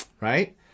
Right